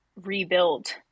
rebuild